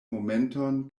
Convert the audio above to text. momenton